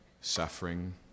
suffering